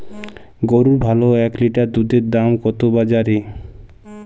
গরুর ভালো এক লিটার দুধের দাম কত বাজারে?